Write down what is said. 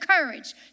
courage